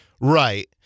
Right